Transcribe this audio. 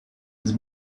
his